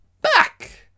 back